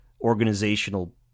organizational